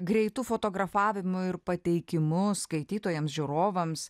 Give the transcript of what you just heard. greitu fotografavimu ir pateikimu skaitytojams žiūrovams